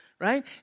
right